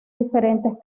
diferentes